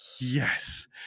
yes